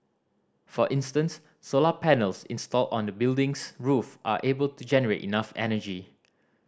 for instance solar panels installed on the building's roof are able to generate enough energy